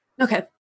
Okay